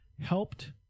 helped